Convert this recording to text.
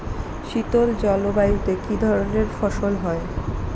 শীতল জলবায়ুতে কি ধরনের ফসল হয়?